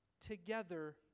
together